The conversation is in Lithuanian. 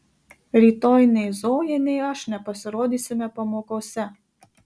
rytoj nei zoja nei aš nepasirodysime pamokose